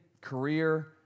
career